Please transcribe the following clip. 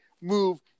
move